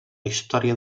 història